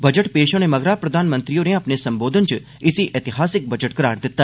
budget पेष होने मगरा प्रधानमंत्री होरें अपने सम्बोधन च इसी ऐतिहासिक बजट करार दिता